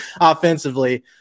offensively